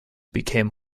became